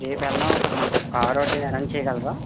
రేపు వెళదాం అనుకుంటాను సార్ కారు ఒకటి అరేంజ్ చేయగలరా